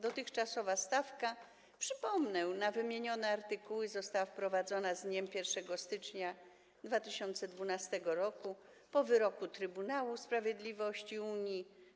Dotychczasowa stawka, przypomnę, na wymienione artykuły została wprowadzona z dniem 1 stycznia 2012 r. po wyroku Trybunału Sprawiedliwości Unii.